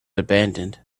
abandoned